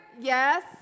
yes